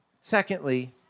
Secondly